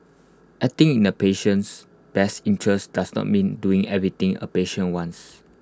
acting in the patient's best interests does not mean doing everything A patient wants